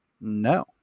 no